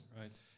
Right